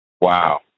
Wow